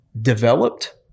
developed